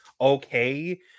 okay